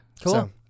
Cool